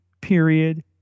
period